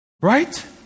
Right